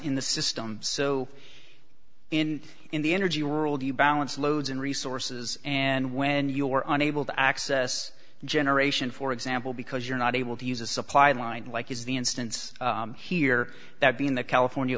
in the system so in in the energy world you balance loads in resources and when you are unable to access generation for example because you're not able to use a supply line like is the instance here that being the california